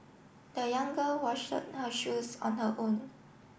the young girl washed her shoes on her own